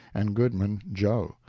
and goodman joe.